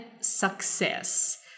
success